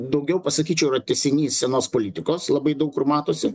daugiau pasakyčiau tęsinys senos politikos labai daug kur matosi